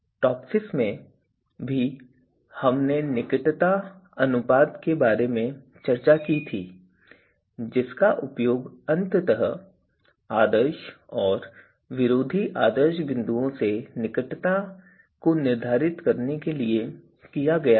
TOPSIS में भी हमने निकटता अनुपात के बारे में चर्चा की थी जिसका उपयोग अंततः आदर्श और विरोधी आदर्श बिंदुओं से निकटता को निर्धारित करने के लिए किया गया था